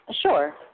Sure